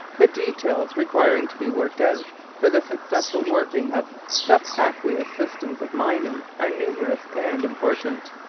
the details requiring to be worked out for the successful working of subaqueous systems of mining are numerous and important.